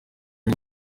ari